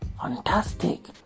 Fantastic